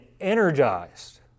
energized